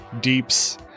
Deeps